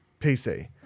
PC